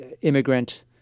Immigrant